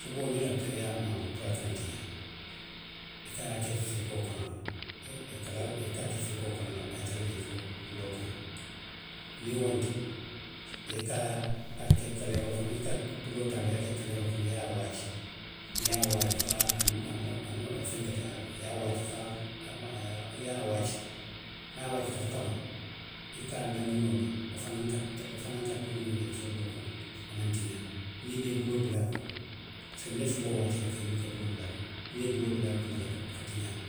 Suboo niŋ i lafita ye a maaboo puru a kana tiňaa, i ka a ke firigoo kono le, i ye kalas, i ka a ke firigoo kono le a ye tara jee fo lookuŋ. Niŋ wonteŋ, i ka a ke kaleeroo fanaŋ, i ka tuloo taa le a ye a ke kaleeroo kono i ye a waaji, niŋ i ye a waaji fo a moo, a moo fo a fenketa, i ye a waaji fo a, niŋ a waajita fo ka baŋ i ka a laandinoo le wo fanaŋ ka, wo fanaŋ ka tunoo jee le fo lookuŋ a maw tiňaa niŋ i maŋ i buloo bula a kono. Parisiko niŋ i ye suboo waaji rek a buka i buloo bula a kono. Niŋ i ye i buloo bulaa a kono rek a ka tiňaa le.